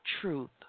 truth